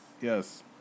yes